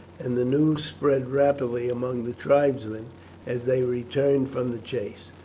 and the news spread rapidly among the tribesmen as they returned from the chase.